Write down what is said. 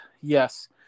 Yes